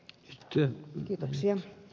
yhtye kiitoksia